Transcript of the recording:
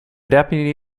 deputy